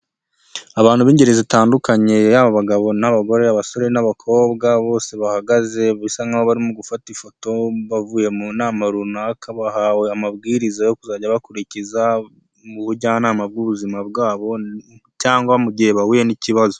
Abantu b'ingeri zitandukanye yaba abagabo n'abagore, abasore n'abakobwa, bose bahagaze bisa nk'aho barimo gufata ifoto bavuye mu nama runaka, bahawe amabwiriza yo kuzajya bakurikiza mu bujyanama bw'ubuzima bwabo cyangwa mu gihe bahuye n'ikibazo.